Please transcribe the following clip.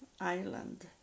Ireland